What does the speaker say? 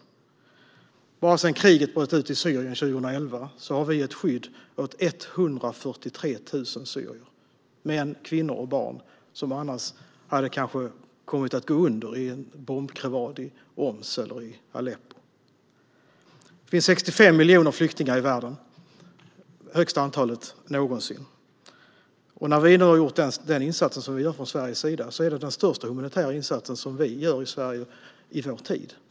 Enbart sedan kriget bröt ut i Syrien 2011 har vi gett skydd åt 143 000 syrier - män, kvinnor och barn - som annars kanske hade kommit att gå under i en bombkrevad i Homs eller i Aleppo. Det finns 65 miljoner flyktingar i världen. Det är det största antalet någonsin. När vi nu gör den insats vi gör från Sveriges sida är det den största humanitära insatsen som vi gör i Sverige i vår tid.